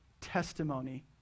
testimony